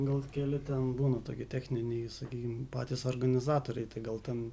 gal keli ten būna tokie techniniai sakykim patys organizatoriai tai gal ten